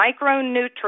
micronutrients